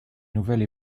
nouvelle